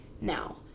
now